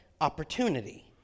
opportunity